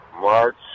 March